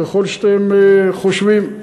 ככל שאתם חושבים.